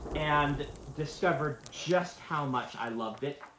and discovered just how much i loved it,